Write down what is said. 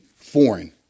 foreign